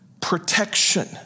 protection